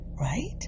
right